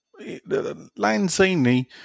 Lanzini